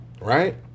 right